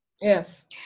Yes